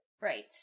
right